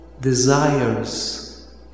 desires